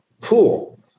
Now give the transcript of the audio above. cool